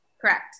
Correct